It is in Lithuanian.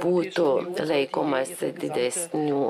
būtų laikomasi didesnių